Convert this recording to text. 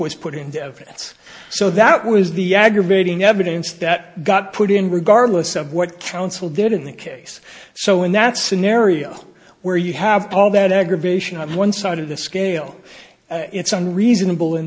evidence so that was the aggravating evidence that got put in regardless of what counsel did in the case so in that scenario where you have all that aggravation on one side of the scale it's on reasonable in